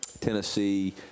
Tennessee